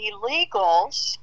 illegals